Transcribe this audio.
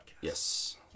Yes